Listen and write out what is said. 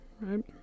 right